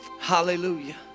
Hallelujah